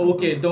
Okay